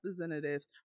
representatives